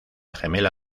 gemela